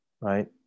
right